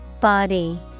Body